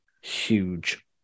huge